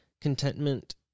contentment